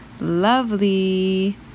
lovely